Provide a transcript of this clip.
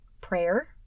prayer